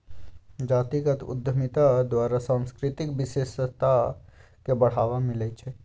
जातीगत उद्यमिता द्वारा सांस्कृतिक विशेषता के बढ़ाबा मिलइ छइ